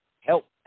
help